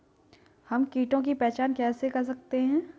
हम कीटों की पहचान कैसे कर सकते हैं?